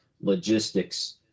logistics